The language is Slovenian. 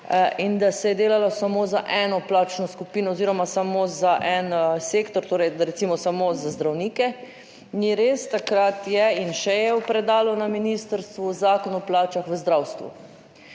in da se je delalo samo za eno plačno skupino oziroma samo za en sektor, torej recimo samo za zdravnike! Ni res. Takrat je in še je v predalu na ministrstvu Zakon o plačah v zdravstvu,